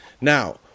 Now